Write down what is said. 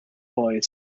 boy